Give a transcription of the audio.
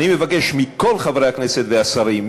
אני מבקש מכל חברי הכנסת והשרים,